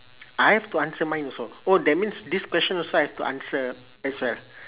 I have to answer mine also oh that means this question also I have to answer as well